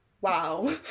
Wow